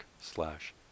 slash